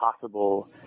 possible